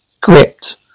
gripped